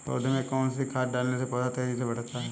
पौधे में कौन सी खाद डालने से पौधा तेजी से बढ़ता है?